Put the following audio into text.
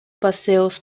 paseos